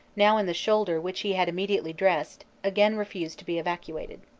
now in the shoulder which he had immediately dressed, again refused to be evacuated.